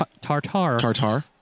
Tartar